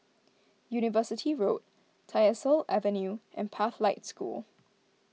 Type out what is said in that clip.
University Road Tyersall Avenue and Pathlight School